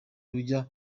rujya